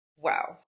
Wow